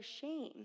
shame